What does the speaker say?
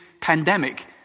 pandemic